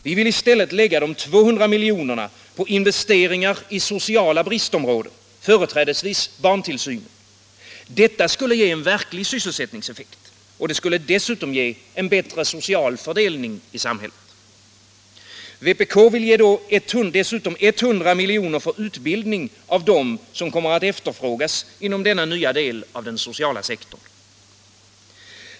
Vi vill i stället lägga de 200 miljonerna på investeringar i sociala bristområden, företrädesvis barntillsynen. Detta skulle ge verklig sysselsättningseffekt. Det skulle dessutom ge en bättre social fördelning i samhället. Vpk vill därutöver ge 100 miljoner för utbildning av dem som kommer att efterfrågas inom denna nya del av den sociala sektorn.